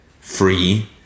free